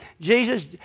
Jesus